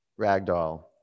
ragdoll